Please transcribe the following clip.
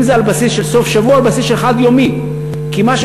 אם זה על בסיס של סוף שבוע,